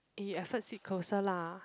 eh I sit closer lah